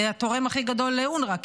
התורם הכי גדול לאונר"א,